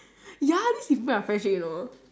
ya this improve our friendship you know